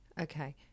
Okay